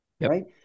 right